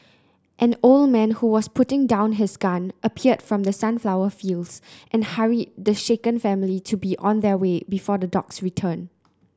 an old man who was putting down his gun appeared from the sunflower fields and hurried the shaken family to be on their way before the dogs return